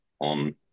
on